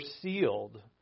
sealed